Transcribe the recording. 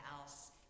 else